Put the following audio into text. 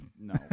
No